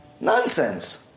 Nonsense